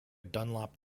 dunlop